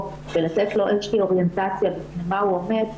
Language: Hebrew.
ולתת לו איזו שהיא אוריינטציה בפני מה הוא עומד,